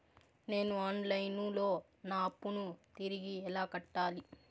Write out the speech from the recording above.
నేను online లో నా అప్పును తిరిగి ఎలా కట్టాలి?